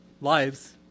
lives